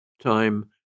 Time